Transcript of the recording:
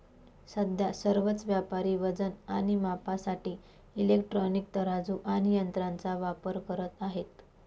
सध्या सर्वच व्यापारी वजन आणि मापासाठी इलेक्ट्रॉनिक तराजू आणि यंत्रांचा वापर करत आहेत